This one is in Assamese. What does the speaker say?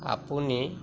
আপুনি